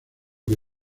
que